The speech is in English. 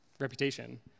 reputation